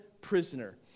prisoner